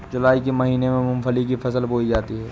जूलाई के महीने में मूंगफली की फसल बोई जाती है